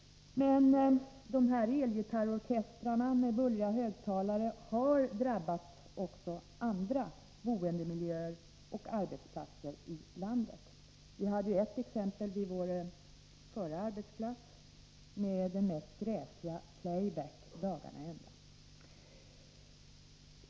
De här elgitarrorkestrarna med bullriga högtalare har drabbat också andra boendemiljöer och arbetsplatser i landet. Vi har ett exempel vid vår förra arbetsplats med det mest gräsliga playback dagarna i ända.